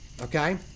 okay